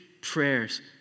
prayers